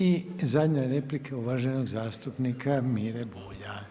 I zadnja replika je uvaženog zastupnika Mire Bulja.